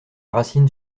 racine